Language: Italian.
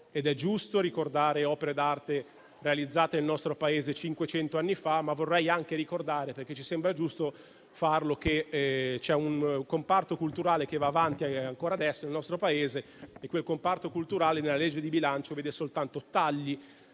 ed è giusto ricordare opere d'arte realizzate nel nostro Paese cinquecento anni fa, ma mi sembra giusto ricordare anche che c'è un comparto culturale che va avanti ancora adesso nel nostro Paese e quel comparto culturale nella legge di bilancio vede soltanto tagli